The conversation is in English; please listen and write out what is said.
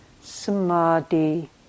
samadhi